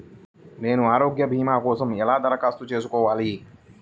నేను ఆరోగ్య భీమా కోసం ఎలా దరఖాస్తు చేసుకోవాలి?